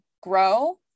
grow